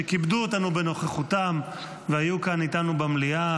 שכיבדו אותנו בנוכחותם והיו כאן איתנו במליאה,